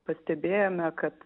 pastebėjome kad